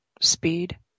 speed